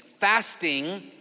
Fasting